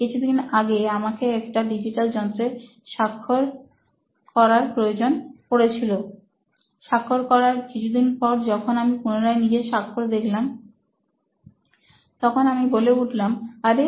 কিছুদিন আগে আমাকে একটা ডিজিটাল যন্ত্রে স্বাক্ষরকারী করার প্রয়োজন পড়ে ছিল স্বাক্ষর করার কিছুদিন পর যখন আমি পুনরায় নিজের স্বাক্ষর দেখলাম তখন আমি বলে উঠলাম আরে